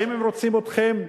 האם הם רוצים אתכם,